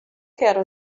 quero